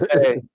Hey